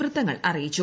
വൃത്തങ്ങൾ അറിയിച്ചു